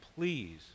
please